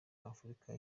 africa